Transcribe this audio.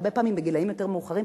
והרבה פעמים בגילים הרבה יותר מאוחרים,